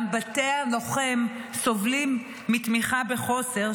גם בתי הלוחם סובלים מתמיכה בחסר,